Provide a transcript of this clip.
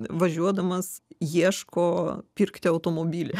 važiuodamas ieško pirkti automobilį